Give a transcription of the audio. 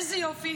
איזה יופי.